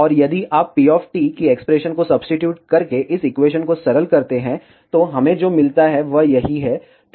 और यदि आप p की एक्सप्रेशन को सब्सीट्यूट करके इस एक्वेशन को सरल करते हैं तो हमें जो मिलता है वह यही है